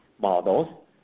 models